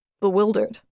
bewildered